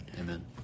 Amen